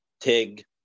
TIG